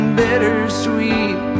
bittersweet